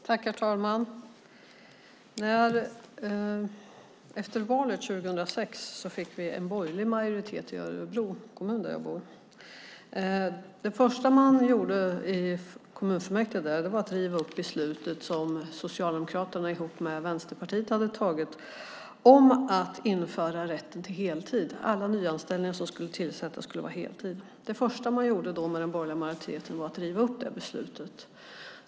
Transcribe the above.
Herr talman! Efter valet 2006 fick vi en borgerlig majoritet i Örebro kommun, där jag bor. Det första man gjorde i kommunfullmäktige var att riva upp beslutet som Socialdemokraterna ihop med Vänsterpartiet hade fattat om att införa rätten till heltid; alla nyanställningar som skulle tillsättas skulle vara på heltid.